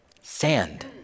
sand